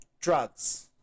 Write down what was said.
drugs